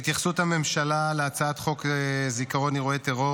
התייחסות הממשלה להצעת חוק זיכרון אירועי הטרור